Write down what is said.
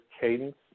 cadence